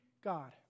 God